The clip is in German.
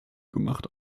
gemacht